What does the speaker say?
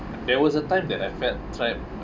there was a time that I felt trapped